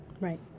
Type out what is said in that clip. Right